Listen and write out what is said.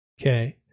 Okay